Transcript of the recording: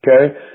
okay